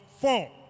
four